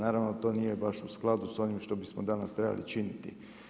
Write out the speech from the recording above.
Naravno to nije baš u skladu s onim što bismo danas trebali činiti.